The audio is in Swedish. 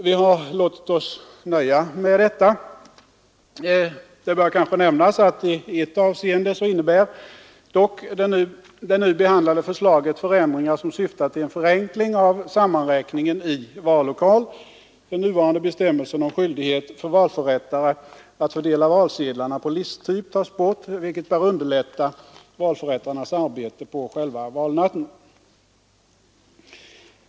Vi har låtit oss nöja med detta. I ett avseende innebär dock det nu behandlade förslaget förändringar som syftar till en förenkling av sammanräkningen i vallokal. Den nuvarande bestämmelsen om skyldighet för valförrättare att fördela valsedlarna på listtyp tas bort, vilket bör underlätta valförrättarnas arbete på själva valnatten.